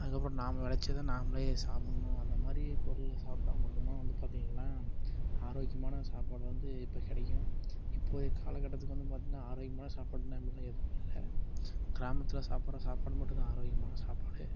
அதுக்கப்புறம் நாம் விளைச்சத நாமளே சாப்பிட்ணும் அந்த மாதிரி பொருளை சாப்பிட்டா மட்டும்தான் வந்து பார்த்திங்கள்னா ஆரோக்கியமான சாப்பாடு வந்து இப்போ கிடைக்கும் இப்போதைய கால கட்டத்துக்கு வந்து பார்த்திங்னா ஆரோக்கியமான சாப்பாடுனால் நம்ம ஊரில் எதுவும் இல்லை கிராமத்ததில் சாப்பிட்ற சாப்பாடு மட்டும்தான் ஆரோக்கியமான சாப்பாடு